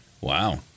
Wow